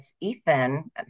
Ethan